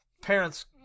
parents